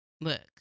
Look